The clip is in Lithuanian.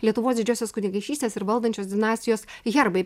lietuvos didžiosios kunigaikštystės ir valdančios dinastijos herbai